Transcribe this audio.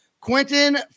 Quentin